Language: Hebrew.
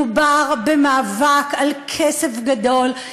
מדובר במאבק על כסף גדול,